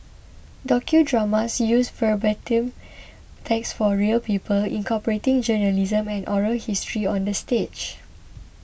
docudramas use verbatim text for real people incorporating journalism and oral history on the stage